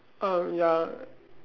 um ya